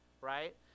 right